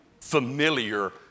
Familiar